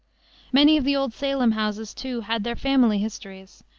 many of the old salem houses, too, had their family histories,